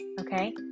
okay